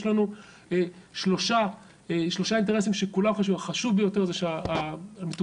יש לנו שלושה אינטרסים שהם שלושתם חשובים,